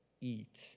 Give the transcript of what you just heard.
eat